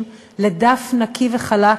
לדף נקי וחלק,